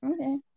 okay